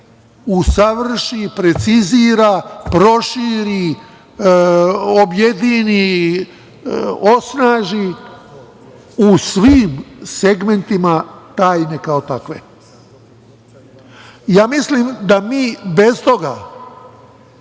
usavrši, precizira, proširi, objedini, osnaži u svim segmentima tajni kao takvih. Mislim da mi bez toga